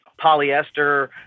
polyester